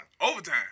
Overtime